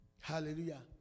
Hallelujah